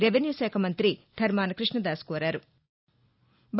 revenue శాఖ మంగ్రతి ధర్మాన కృష్ణదాస్ కోరారు